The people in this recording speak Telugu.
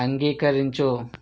అంగీకరించు